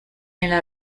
nella